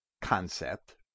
concept